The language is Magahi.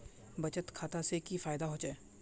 बचत खाता से की फायदा होचे?